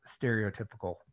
stereotypical